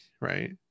right